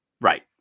Right